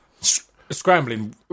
scrambling